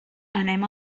anem